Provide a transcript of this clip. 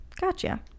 Gotcha